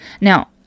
Now